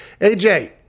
AJ